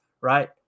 Right